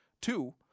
Two